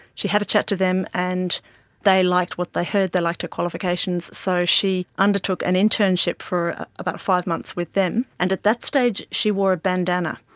she had a chat to them and they liked what they heard, they liked her qualifications, so she undertook an internship for about five months with them. and at that stage she wore a bandanna,